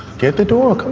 get the door. come